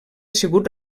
sigut